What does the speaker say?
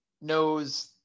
knows